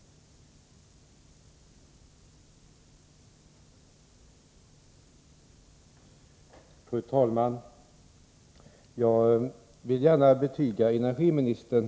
stimulera upprustning och ombyggnad av äldre vattenkraftverk